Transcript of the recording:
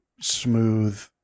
smooth